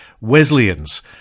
Wesleyans